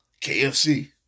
KFC